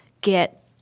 get